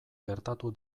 gertatu